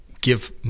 give